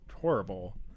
horrible